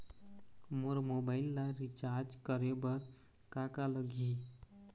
मोर mobile ला recharge करे बर का का लगही?